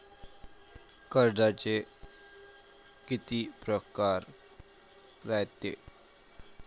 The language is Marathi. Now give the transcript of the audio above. कर्जाचे कितीक परकार रायते?